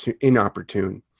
inopportune